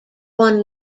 one